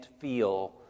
feel